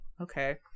okay